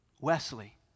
Wesley